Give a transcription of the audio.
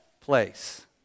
place